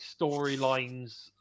storylines